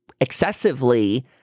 excessively